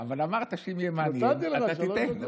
אבל אמרת שאם יהיה מעניין, אתה תיתן לי.